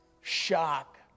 shock